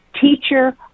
Teacher